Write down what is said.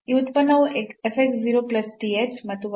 ಈ ಉತ್ಪನ್ನವು f x 0 plus th ಮತ್ತು y 0 plus tk